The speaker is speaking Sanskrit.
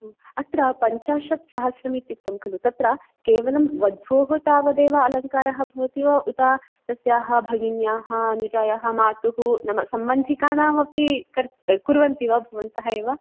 अत्र पञ्चाशत् सहस्रम् इत्युक्तं खलु तत्र केवलं वधोः तावदेव अलङ्कारः भवति वा उत तस्याः भगिन्याः अनुजायाः मातुः सम्बन्धिकानामपि कर् कुर्वन्ति वा भवन्तः एव